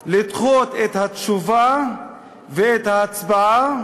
לדחות את התשובה ואת ההצבעה,